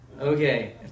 Okay